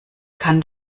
kann